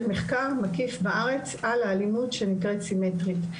מחקר מקיף בארץ על האלימות שנקראת סימטרית.